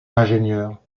l’ingénieur